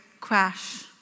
crash